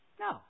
No